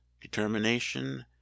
determination